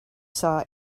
saw